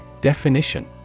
Definition